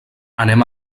anem